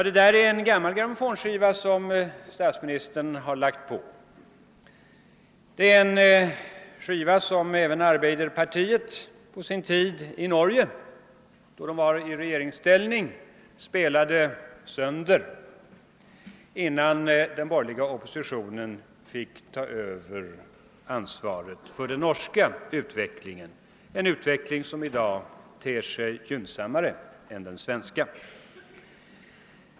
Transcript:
Det är en gammal grammofonskiva som statsministern har lagt på. Det är en skiva som arbeiderpartiet i Norge på sin tid, då det var i regeringsställning, spelade sönder innan den borgerliga oppositionen fick ta över ansvaret för den norska utvecklingen. en utveckling som i dag ter sig gynnsammare än den svenska.